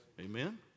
Amen